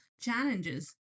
challenges